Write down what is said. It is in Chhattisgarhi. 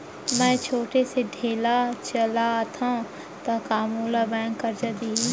मैं छोटे से ठेला चलाथव त का मोला बैंक करजा दिही?